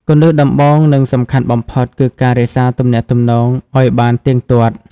គន្លឹះដំបូង និងសំខាន់បំផុត គឺ រក្សាការទំនាក់ទំនងឱ្យបានទៀងទាត់។